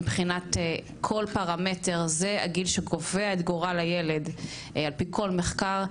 מבחינת כל פרמטר זה הגיל שגובה את גורל הילד על פי כל מחקר,